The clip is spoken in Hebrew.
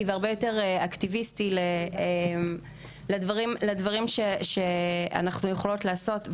ואקטיביסטי לדברים שאנחנו יכולות לעשות.